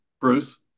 Bruce